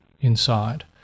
inside